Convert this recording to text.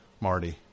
Marty